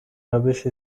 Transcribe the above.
rubbish